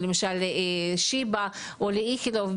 למשל שיבא או איכילוב,